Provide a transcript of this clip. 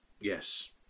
yes